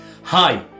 Hi